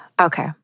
Okay